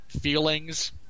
feelings